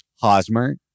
Hosmer